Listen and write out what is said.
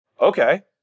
Okay